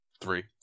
Three